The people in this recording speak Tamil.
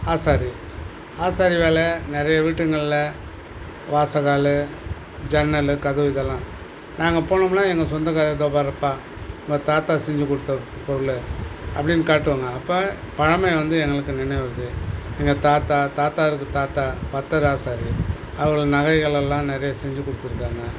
ஆசாரி ஆசாரி வேலை நிறைய வீட்டுங்கள்ல வாசக்கால் ஜன்னல் கதவு இதெல்லாம் நாங்கள் போனோம்னா எங்கள் சொந்தக்காரரு இதோ பாருப்பா உங்கள் தாத்தா செஞ்சுக் கொடுத்தப் பொருள் அப்படின்னு காட்டுவாங்க அப்போ பழமை வந்து எங்களுக்கு நினைவு வருது எங்கள் தாத்தா தாத்தாவுக்கு தாத்தா பத்தர் ஆசாரி அவர் நகைகளெல்லாம் நிறைய செஞ்சுக் கொடுத்துருக்காங்க